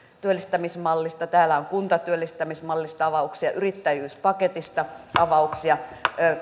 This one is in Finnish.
työllistämismallista täällä on kuntatyöllistämismallista avauksia yrittäjyyspaketista avauksia